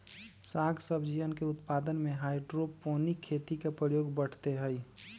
साग सब्जियन के उत्पादन में हाइड्रोपोनिक खेती के प्रयोग बढ़ते हई